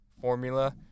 formula